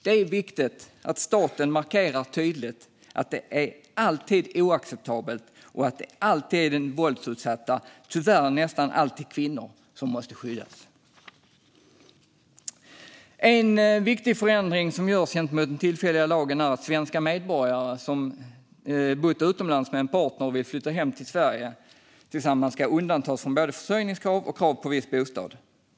Det är viktigt att staten markerar tydligt att det alltid är oacceptabelt och att den våldsutsatta, tyvärr nästan alltid kvinnor, måste skyddas. En viktig förändring som görs gentemot den tillfälliga lagen är att svenska medborgare som har bott utomlands med en partner och vill flytta hem till Sverige tillsammans ska undantas från både försörjningskrav och krav på viss bostad.